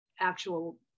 actual